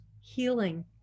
healing